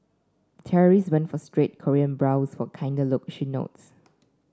terrorist went for straight Korean brows for kinder look she notes